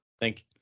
thank